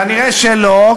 כנראה לא,